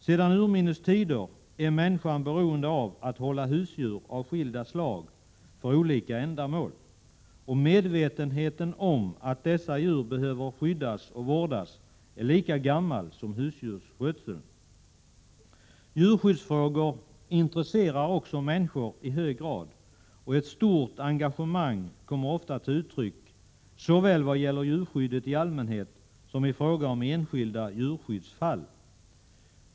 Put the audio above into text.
Sedan urminnes tider är människan beroende av att hålla husdjur av skilda slag för olika ändamål, och medvetenheten om att dessa djur behöver skyddas och vårdas är lika gammal som husdjursskötseln. Djurskyddsfrågor intresserar också människor i hög grad, och ett stort engagemang kommer ofta till uttryck såväl i vad gäller djurskyddet i allmänhet som i fråga om enskilda djurskyddsfall.